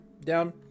down